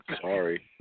Sorry